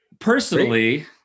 Personally